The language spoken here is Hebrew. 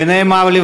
ונאמר לי,